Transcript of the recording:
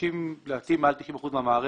לדעתי זה מעל 90% מהמערכת.